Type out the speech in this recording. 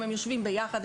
הם יושבים ביחד,